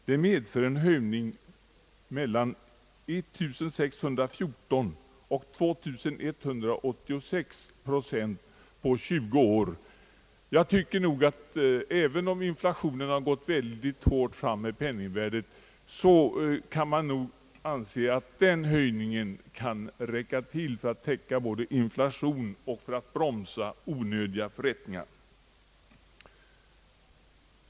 Det innebär en höjning med mellan 1 614 och 2186 procent på 20 år. även om inflationen har gått väldigt hårt fram med penningvärdet, kan man nog anse att den höjningen torde räcka till både för att täcka inflationen och för att bromsa onödiga förrättningar.